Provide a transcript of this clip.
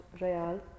real